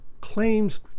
claims